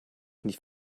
nicht